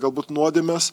galbūt nuodėmes